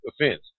offense